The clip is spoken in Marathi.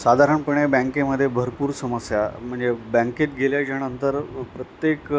साधारणपणे बँकेमध्ये भरपूर समस्या म्हणजे बँकेत गेल्याच्यानंतर प्रत्येक